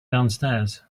downstairs